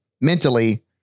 mentally